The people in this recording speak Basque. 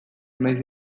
nahiz